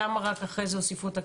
למה רק אחרי זה הוסיפו אותה?